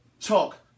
talk